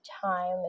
time